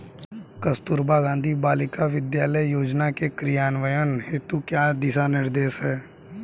कस्तूरबा गांधी बालिका विद्यालय योजना के क्रियान्वयन हेतु क्या दिशा निर्देश हैं?